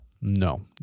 no